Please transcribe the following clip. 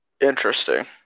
Interesting